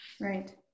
Right